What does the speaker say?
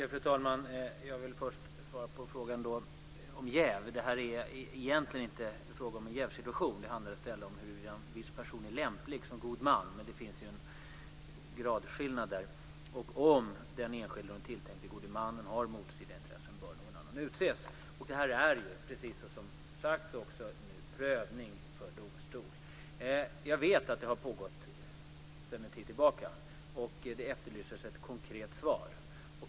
Fru talman! Jag vill först svara på frågan om jäv. Det här är egentligen inte fråga om en jävsituation. Det handlar i stället om huruvida en viss person är lämplig som god man - det finns ju en gradskillnad där - och om den enskilde och den tilltänkte gode mannen har motstridiga intressen bör någon annan utses. Det här är ju, precis som också har sagts nu, under prövning av domstol. Jag vet att den här diskussionen har pågått sedan en tid tillbaka, och det efterlyses ett konkret svar.